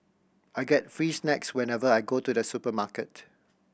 I get free snacks whenever I go to the supermarket